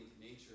nature